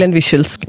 visuals